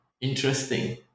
interesting